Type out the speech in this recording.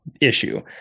issue